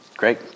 Great